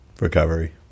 recovery